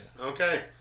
Okay